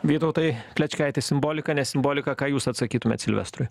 vytautai plečkaiti simbolika ne simbolika ką jūs atsakytumėt silvestrui